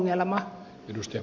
arvoisa puhemies